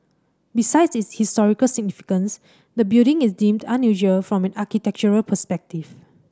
besides its historical significance the building is deemed unusual from an architectural perspective